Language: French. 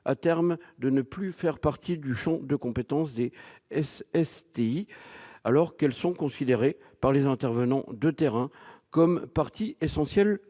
à terme, de ne plus faire partie du champ de compétences des SSTI, alors qu'elles sont considérées par les intervenants de terrain comme partie essentielle